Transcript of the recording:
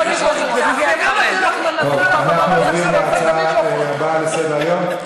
אנחנו עוברים להצעה הבאה לסדר-היום.